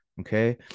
okay